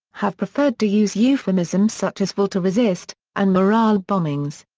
have preferred to use euphemisms such as will to resist and morale bombings.